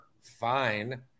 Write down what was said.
fine